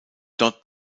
dort